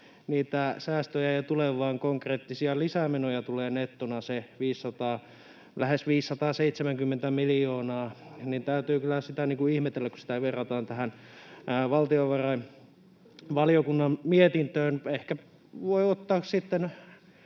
niitä säästöjä ei tule vaan konkreettisia lisämenoja tulee nettona se lähes 570 miljoonaa, niin täytyy kyllä sitä ihmetellä, kun sitä verrataan tähän valtiovarainvaliokunnan mietintöön. Ehkä voi ottaa sitten